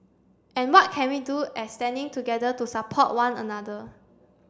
and what can we do as standing together to support one another